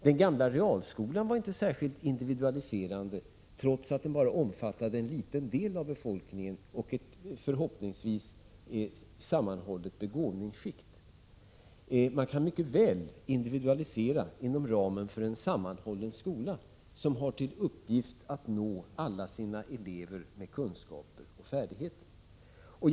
Den gamla realskolan var inte särskilt individualiserande, trots att den omfattade bara en liten del av befolkningen och ett förhoppningsvis sammanhållet begåvningsskikt. Man kan mycket väl individualisera inom ramen för en sammanhållen skola som har till uppgift att nå alla sina elever med kunskaper och färdigheter.